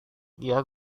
dia